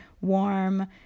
warm